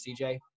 CJ